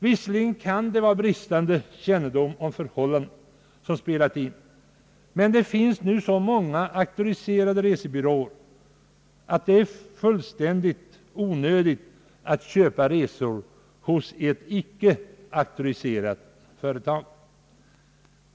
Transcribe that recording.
Visserligen kan det vara bristande kännedom om förhållandena som spelar in, men det finns nu så många auktoriserade resebyråer att det är fullständigt onödigt att köpa resor hos ett icke auktoriserat företag.